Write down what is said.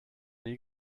nie